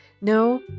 No